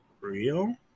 real